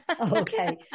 Okay